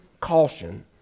caution